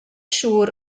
siŵr